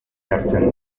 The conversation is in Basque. hartzen